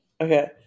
Okay